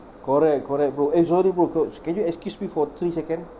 correct correct bro eh sorry bro coach can you excuse me for three second